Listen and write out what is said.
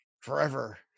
Forever